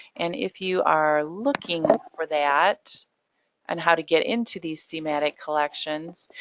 and if you are looking for that and how to get into these thematic collections,